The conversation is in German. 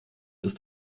ist